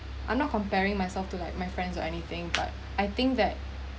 I'm not comparing myself to like my friends or anything but I think that